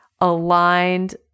aligned